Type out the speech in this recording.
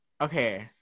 Okay